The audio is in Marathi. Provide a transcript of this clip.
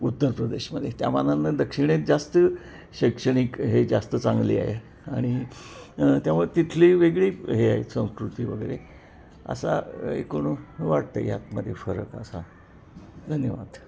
उत्तर प्रदेशमध्ये त्यामानांना दक्षिणेत जास्त शैक्षणिक हे जास्त चांगली आहे आणि त्यामुळे तिथली वेगळी हे आहे संस्कृती वगैरे असा एकूण वाटत आहे यातमध्ये फरक असा धन्यवाद